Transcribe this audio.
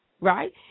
Right